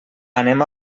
anem